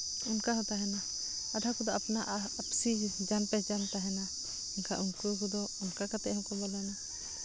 ᱚᱱᱠᱟᱦᱚᱸ ᱛᱟᱦᱮᱱᱟ ᱟᱫᱷᱟ ᱠᱚᱫᱚ ᱟᱯᱱᱟ ᱟᱨ ᱟᱹᱯᱥᱤ ᱡᱟᱱ ᱯᱮᱦᱪᱟᱱ ᱛᱟᱦᱮᱱᱟ ᱮᱱᱠᱷᱟᱱ ᱩᱱᱠᱩ ᱠᱚᱫᱚ ᱚᱱᱠᱟ ᱠᱟᱛᱮᱫ ᱦᱚᱠᱚ ᱵᱚᱞᱚᱱᱟ